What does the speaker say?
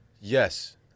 Yes